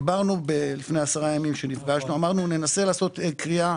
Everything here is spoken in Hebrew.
כשדיברנו לפני 10 ימים אמרנו שננסה לעשות קריאה